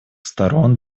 сторон